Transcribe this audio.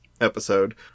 episode